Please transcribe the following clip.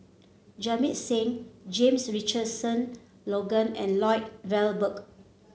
Jamit Singh James Richardson Logan and Lloyd Valberg